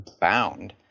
bound